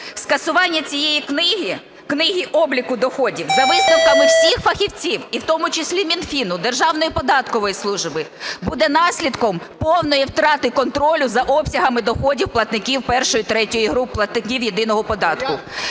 Скасування цієї книги, книги обліку доходів, за висновками всіх фахівців, і в тому числі Мінфіну, Державної податкової служби, буде наслідком повної втрати контролю за обсягами доходів платників І, ІІІ групи платників єдиного податку.